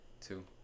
two